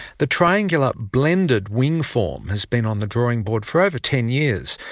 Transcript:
the triangular blended wing form has been on the drawing board for over ten years.